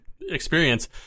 experience